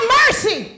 mercy